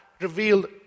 revealed